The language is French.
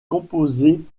composés